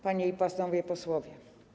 Panie i Panowie Posłowie!